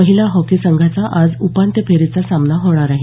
महिला हॉकी संघाचा आज उपांत्य फेरीचा सामना होणार आहे